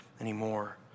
anymore